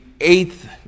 eighth